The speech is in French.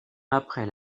après